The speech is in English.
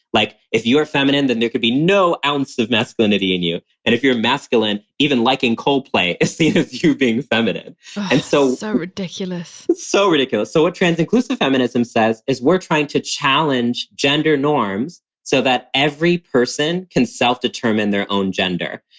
like, if you're feminine, then there could be no ounce of masculinity in you. and if you're masculine, even liking coldplay is seen as you being feminine and ugh, so ridiculous so ridiculous. so what trans inclusive feminism says is we're trying to challenge gender norms so that every person can self-determined their own gender.